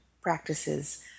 practices